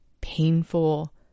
painful